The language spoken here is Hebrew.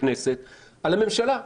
כנסת על הממשלה.